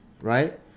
Right